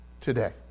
today